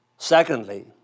Secondly